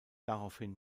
daraufhin